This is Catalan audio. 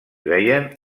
veien